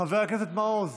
חבר הכנסת מעוז,